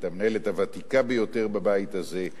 המנהלת הוותיקה ביותר בבית הזה,